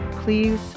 Please